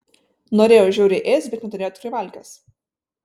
norėjau žiauriai ėst bet neturėjau atkrivalkės